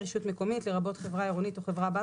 "רשות מקומית" לרבות חברה עירונית או חברה בת